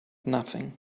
nothing